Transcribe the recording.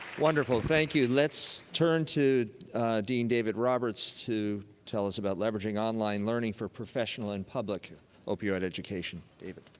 wonderful. thank you. let's turn to dean david roberts to tell us about leveraging online learning for professional and public opioid education. david.